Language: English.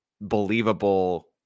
believable